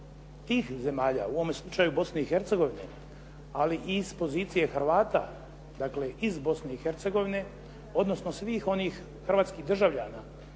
tih zemalja, u ovome slučaju Bosne i Hercegovine, ali i iz pozicije Hrvata dakle iz Bosne i Hercegovine odnosno svih onih hrvatskih državljana